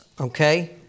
okay